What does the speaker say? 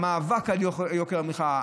המאבק על יוקר המחיה,